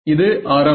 இது ஆரம்